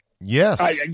Yes